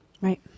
Right